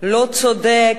לא צודק,